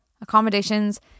accommodations